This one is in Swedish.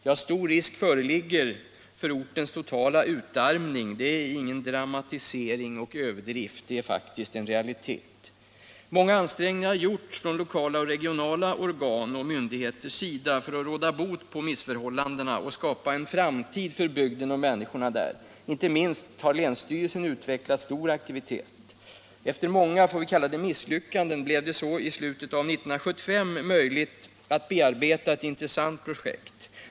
Ja, stor risk föreligger för ortens totala utarmning — detta är ingen dramatisk överdrift, det är faktiskt en realitet. Många ansträngningar har gjorts av lokala och regionala organ och myndigheter för att råda bot på missförhållandena och skapa en framtid för bygden och människorna där. Inte minst har länsstyrelsen utvecklat stor aktivitet. Efter många misslyckanden blev det så i slutet av 1975 möjligt att bearbeta ett intressant projekt.